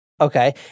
okay